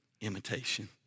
imitation